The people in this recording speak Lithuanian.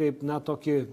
kaip na tokį